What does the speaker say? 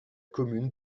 commune